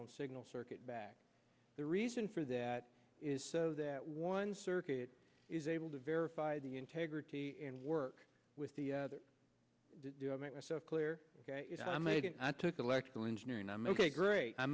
own signal circuit back the reason for that is so that one circuit is able to verify the integrity and work with the other do i make myself clear i made an i took electrical engineering i'm ok great i